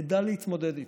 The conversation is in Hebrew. נדע להתמודד איתם.